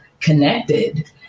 connected